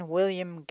William